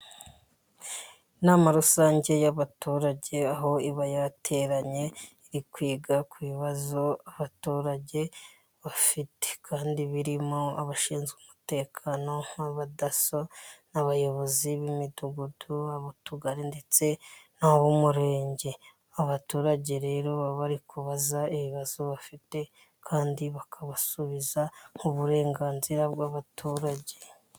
Inama rusange y'abaturage aho iba yateranye ikiga kubibazo abaturage bafite, kandi ba irimo abashinzwe umutekano nk'abadaso, n'abayobozi b'imidugudu, ab'Utugari ndetse n'ab'Umurenge. Abaturage rero baba bari kubaza ibibazo bafite, kandi bakabasubiza nk' uburenganzira bw'abaturage.